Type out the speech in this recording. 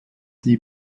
die